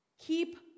keep